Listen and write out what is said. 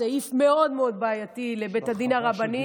סעיף מאוד מאוד בעייתי לבית הדין הרבני,